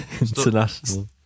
International